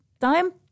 time